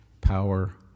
power